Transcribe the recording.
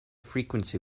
frequency